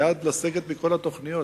מייד לסגת מכל התוכניות.